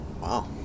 Wow